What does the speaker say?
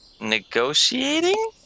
negotiating